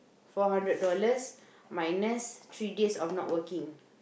four hundred dollars minus three days of not working